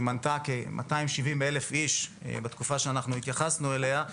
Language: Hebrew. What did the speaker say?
שמנתה כ-270,000 איש בתקופה שאנחנו התייחסנו אליה,